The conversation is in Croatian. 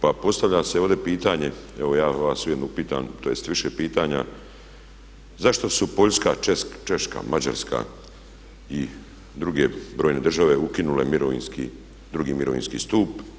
Pa postavlja se ovdje pitanje, evo ja vas ujedno pitam, tj. više pitanja zašto su Poljska, Češka, Mađarska i druge brojne države ukinule mirovinski, 2. mirovinski stup?